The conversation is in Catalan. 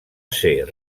ser